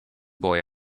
boy